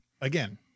Again